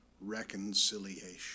reconciliation